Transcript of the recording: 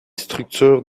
structures